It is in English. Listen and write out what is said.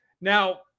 Now